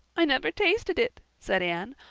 i never tasted it, said anne.